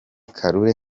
kakule